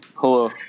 Hello